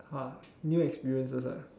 !wah! new experiences ah